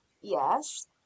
Yes